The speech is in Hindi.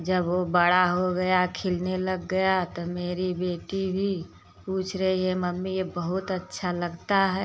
जब वो बड़ा हो गया खिलने लग गया तो मेरी बेटी भी पूछ रही है मम्मी ये बहुत अच्छा लगता है